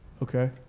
Okay